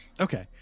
Okay